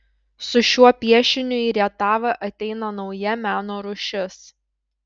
su šiuo piešiniu į rietavą ateina nauja meno rūšis